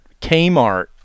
Kmart